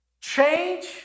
Change